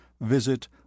visit